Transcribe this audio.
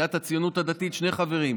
סיעת הציונות הדתית, שני חברים: